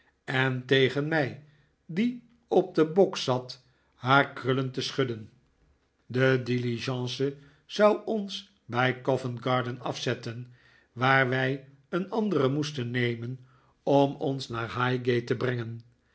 en tegen mij die op den bok zat haar krullen te schudden de diligence zou ons bij covent garden afzetten waar wii een andere moesten nemen om ons naar highgate te brengen